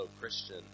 Christian